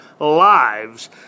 lives